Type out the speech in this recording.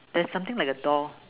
that's something like a doll